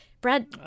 Brad